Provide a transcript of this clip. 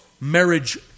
marriage